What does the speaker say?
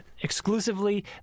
Exclusively